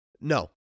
No